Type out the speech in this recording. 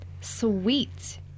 Sweet